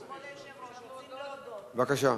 בבקשה.